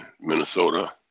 minnesota